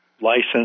license